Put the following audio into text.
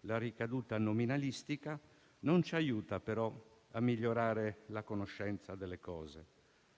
La ricaduta nominalistica non ci aiuta però a migliorare la conoscenza delle cose